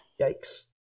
Yikes